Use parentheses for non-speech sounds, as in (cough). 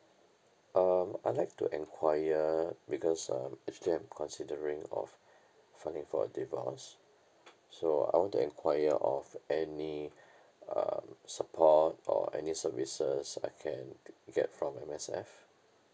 um I'd like to enquire because I'm actually considering of filing for a divorce so I want to enquire of any (breath) um support or any services I can g~ get from M_S_F